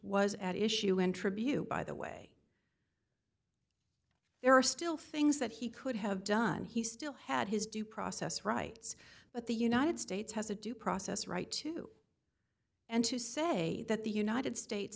was at issue in tribute by the way there are still things that he could have done he still had his due process rights but the united states has a due process right to and to say that the united states